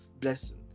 blessing